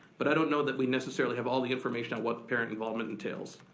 but i don't know that we necessarily have all the information on what parent involvement entails.